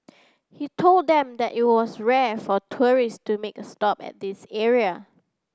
he told them that it was rare for tourist to make a stop at this area